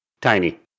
tiny